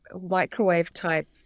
microwave-type